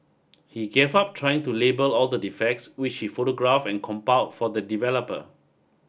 he gave up trying to label all the defects which he photograph and compiled for the developer